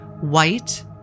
white